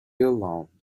alone